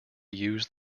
use